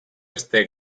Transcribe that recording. este